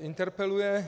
interpeluje?